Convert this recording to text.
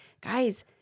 Guys